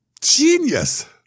genius